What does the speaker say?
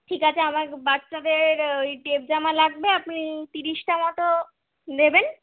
ঠিক আছে আমাকে বাচ্চাদের ওই টেপ জামা লাগবে আপনি ত্রিশটা মতো নেবেন